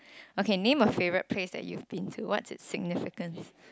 okay name a favourite place that you have been to what's the significance